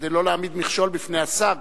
כדי שלא להעמיד מכשול בפני השר,